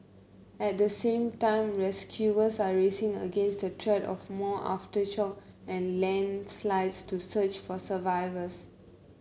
at the same time rescuers are racing against the threat of more aftershock and landslides to search for survivors